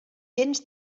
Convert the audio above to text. gens